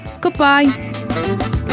goodbye